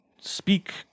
speak